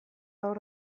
hor